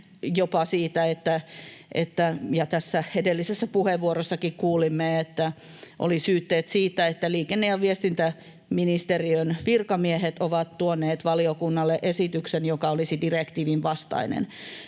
tässä edellisessä puheenvuorossakin kuulimme, että oli syytteet siitä — että liikenne- ja viestintäministeriön virkamiehet ovat tuoneet valiokunnalle esityksen, joka olisi direktiivin vastainen.